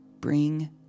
bring